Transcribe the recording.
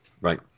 Right